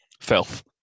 filth